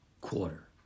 quarter